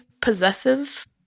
possessive